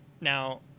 Now